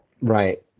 Right